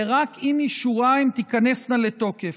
ורק עם אישורה הן תיכנסנה לתוקף.